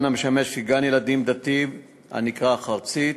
המשמש כגן-ילדים דתי הנקרא "חרצית"